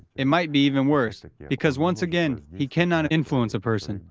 it might be even worse. because, once again, he cannot influence a person.